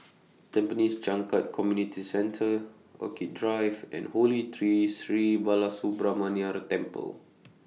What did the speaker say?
Tampines Changkat Community Centre Orchid Drive and Holy Tree Sri Balasubramaniar Temple